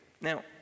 Now